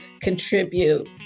contribute